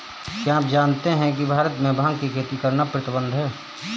क्या आप जानते है भारत में भांग की खेती करना प्रतिबंधित है?